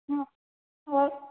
हाँ और